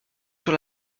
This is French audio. sur